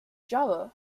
java